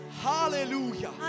hallelujah